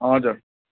हजुर